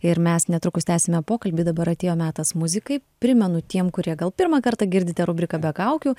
ir mes netrukus tęsime pokalbį dabar atėjo metas muzikai primenu tiem kurie gal pirmą kartą girdite rubriką be kaukių